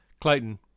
Clayton